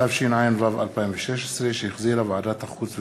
התשע"ו 2016, שהחזירה ועדת החוץ והביטחון.